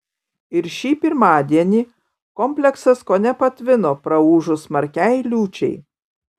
ir šį pirmadienį kompleksas kone patvino praūžus smarkiai liūčiai